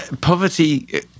poverty